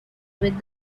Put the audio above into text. with